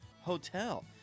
hotel